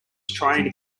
trying